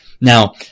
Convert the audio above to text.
Now